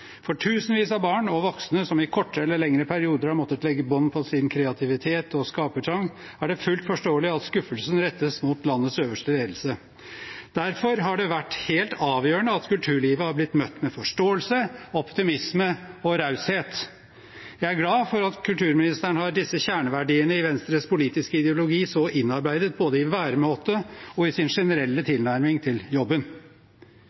For tusenvis av barn og voksne som i kortere eller lengre perioder har måttet legge bånd på sin kreativitet og skapertrang, er det fullt forståelig at skuffelsen rettes mot landets øverste ledelse. Derfor har det vært helt avgjørende at kulturlivet har blitt møtt med forståelse, optimisme og raushet. Jeg er glad for at kulturministeren har disse kjerneverdiene i Venstres politiske ideologi så innarbeidet både i væremåte og i sin generelle